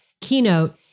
keynote